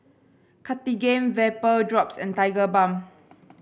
Cartigain Vapodrops and Tigerbalm